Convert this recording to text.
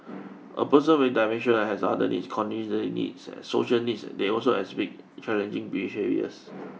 a person with dementia has other needs cognitive needs social needs they also exhibit challenging behaviours